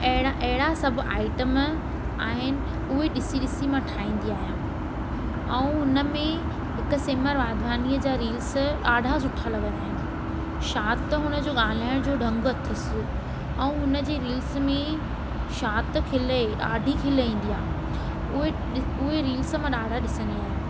अहिड़ा अहिड़ा सभु आइटम आहिनि उहे ॾिसी ॾिसी मां ठाहींदी आहियां ऐं उन में हिकु सिमर वाधवानीअ जा रील्स ॾाढा सुठा लॻंदा आहिनि छा त हुन जो ॻाल्हाइण जो ढंग अथसि ऐं हुन जी रील्स में छा त खिल आहे ॾाढी खिल ईंदी आहे उहे उहे रील्स मां ॾाढा ॾिसंदी आहियां